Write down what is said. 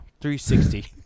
360